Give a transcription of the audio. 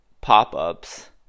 pop-ups